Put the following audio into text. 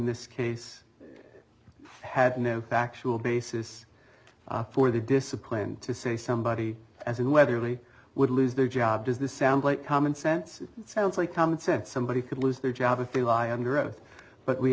this case had no factual basis for the discipline to say somebody as an weatherly would lose their job does this sound like common sense sounds like common sense somebody could lose their job if a lie under oath but we